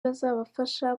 bazafasha